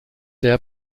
der